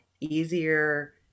easier